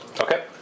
Okay